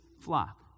flock